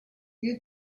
you